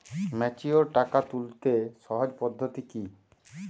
Mature টাকা তুলতে সহজ পদ্ধতি কি?